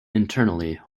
internally